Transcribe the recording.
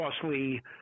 costly